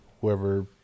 whoever